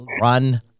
run